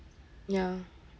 ya